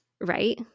Right